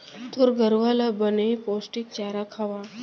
तोर गरूवा ल बने पोस्टिक चारा खवा